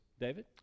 David